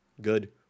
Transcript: good